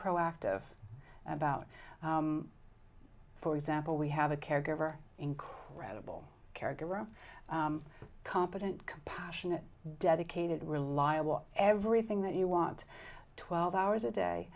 proactive about for example we have a caregiver incredible character room competent compassionate dedicated reliable everything that you want twelve hours a day